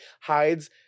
hides